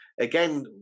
again